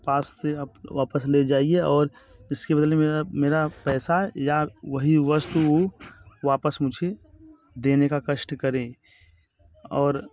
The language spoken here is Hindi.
पास से अप वापस ले जाइए और इसके बदले मेरा मेरा पैसा या वही वस्तु वापस मुझे देने का कष्ट करें और